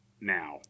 now